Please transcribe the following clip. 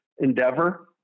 endeavor